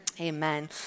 Amen